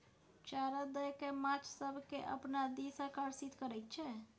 चारा दए कय माछ सभकेँ अपना दिस आकर्षित करैत छै